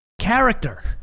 character